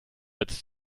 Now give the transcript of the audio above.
als